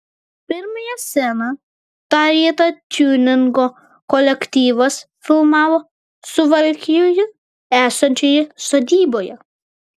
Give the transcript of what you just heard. pirmąją sceną tą rytą tiuningo kolektyvas filmavo suvalkijoje esančioje sodyboje